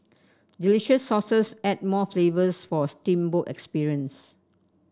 delicious sauces add more flavours for a steamboat experience